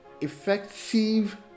effective